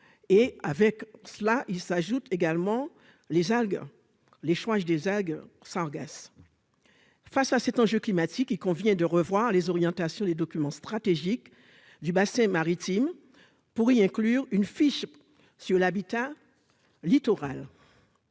et avec cela ils s'ajoutent également les algues l'échouage des algues Sargasses face à cet enjeu climatique, il convient de revoir les orientations des documents stratégiques du bassin maritime pour y inclure une fiche sur l'habitat littoral